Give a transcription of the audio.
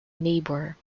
neighbor